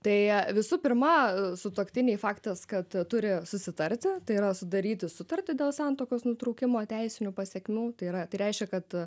tai visų pirma sutuoktiniai faktas kad turi susitarti tai yra sudaryti sutartį dėl santuokos nutraukimo teisinių pasekmių tai yra tai reiškia kad